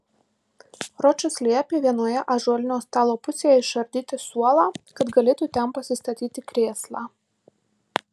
ročas liepė vienoje ąžuolinio stalo pusėje išardyti suolą kad galėtų ten pasistatyti krėslą